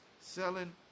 selling